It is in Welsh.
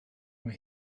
mae